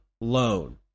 loan